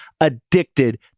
addicted